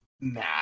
Nah